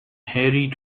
hairy